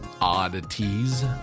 oddities